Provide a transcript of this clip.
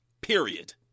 Period